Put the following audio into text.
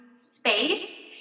space